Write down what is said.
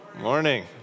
Morning